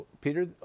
Peter